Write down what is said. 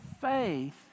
faith